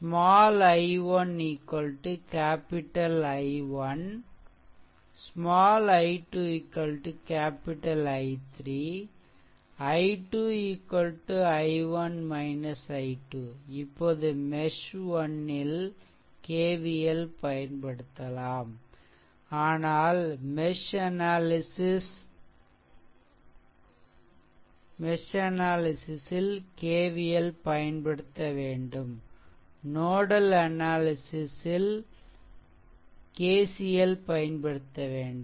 small i1 capital I1 i1 Il small i2 capital I3 I2 i1 i2 இப்போது மெஷ்1 ல் KVL பயன்படுத்தலாம் ஏனென்றால் மெஷ் அனாலிசிஸ் ல் KVL பயன்படுத்த வேண்டும் நோடல் அனாலிசிஸ் ல் KCL பயன்படுத்த வேண்டும்